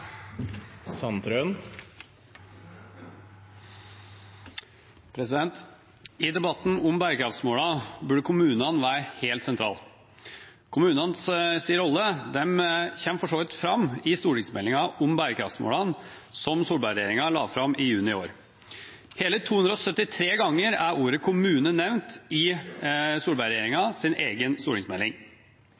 I debatten om bærekraftsmålene burde kommunene være helt sentrale. Kommunenes rolle kommer for så vidt fram i stortingsmeldingen om bærekraftsmålene, som Solberg-regjeringen la fram i juni i år. Hele 273 ganger er ordet «kommune» nevnt i Solberg-regjeringens egen stortingsmelding.